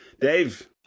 Dave